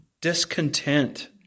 discontent